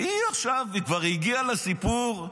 והיא עכשיו כבר הגיעה לסיפור,